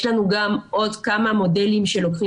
יש לנו גם עוד כמה מודלים שלוקחים